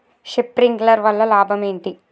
Sprinkler వల్ల లాభం ఏంటి?